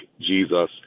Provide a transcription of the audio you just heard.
Jesus